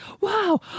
wow